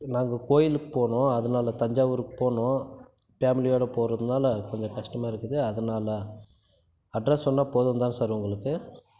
நாங்கள் கோயிலுக்கு போகணும் அதனால தஞ்சாவூருக்கு போகணும் ஃபேம்லியோடு போவதுனால கொஞ்சம் கஷ்டமாக இருக்குது அதனாலே அட்ரெஸ் சொன்னால் போதும் தான் சார் உங்களுக்கு